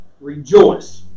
rejoice